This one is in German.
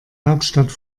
hauptstadt